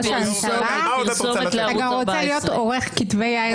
אתה רוצה להיות עורך כתבי יאיר לפיד?